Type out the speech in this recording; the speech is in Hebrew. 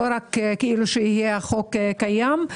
לא רק שיהיה החוק קיים.